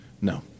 No